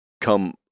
come